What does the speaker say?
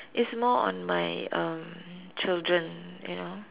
it's more on my um children you know